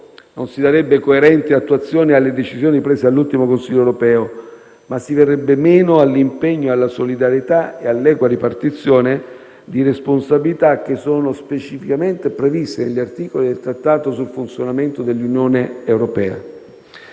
non si darebbe coerente attuazione alle decisioni prese dall'ultimo Consiglio europeo, ma si verrebbe meno all'impegno, alla solidarietà e all'equa ripartizione di responsabilità che sono specificamente previsti dagli articoli del Trattato sul funzionamento dell'Unione europea.